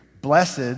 blessed